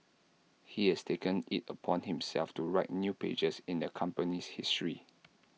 he has taken IT upon himself to write new pages in the company's history